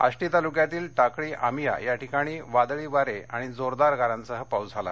आष्टी तालुक्यातील टाकळी आमिया या ठिकाणी वादळी वारे आणि जोरदार गारांसह पाऊस झाला